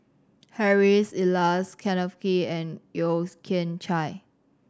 Harry's Elias Kenneth Kee and Yeo Kian Chai